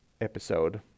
episode